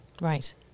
Right